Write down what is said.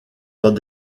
dans